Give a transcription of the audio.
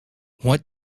what